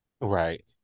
right